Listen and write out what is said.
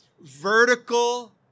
vertical